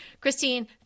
Christine